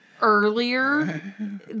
earlier